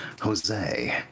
jose